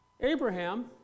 Abraham